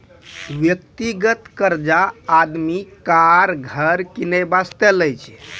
व्यक्तिगत कर्जा आदमी कार, घर किनै बासतें लै छै